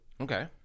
Okay